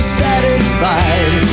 satisfied